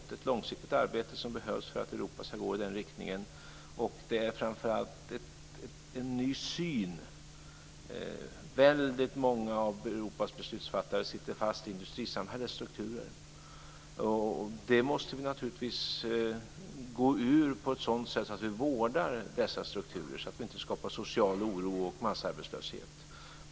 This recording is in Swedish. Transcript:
Det är ett långsiktigt arbete som behövs för att Europa ska gå i den riktningen, och det är framför allt en ny syn. Många av Europas beslutsfattare sitter fast i industrisamhällets strukturer. De måste vi naturligtvis gå ur på ett sådant sätt att vi vårdar dessa strukturer, så att vi inte skapar social oro och massarbetslöshet.